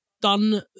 done